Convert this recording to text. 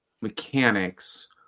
mechanics